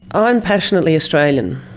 i am passionately australian.